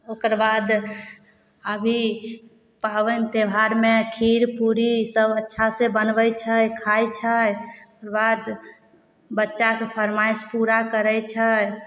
ओकर बाद अभी पाबनि तिहारमे खीर पूड़ीसब अच्छासँ बनबै छै खाइ छै ओकरबाद बच्चाके फरमाइश पूरा करै छै